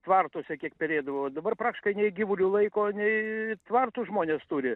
tvartuose kiek perėdavo dabar praktiškai nei gyvulių laiko nei tvartų žmonės turi